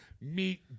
meet